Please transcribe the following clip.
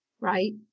right